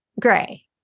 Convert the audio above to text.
Gray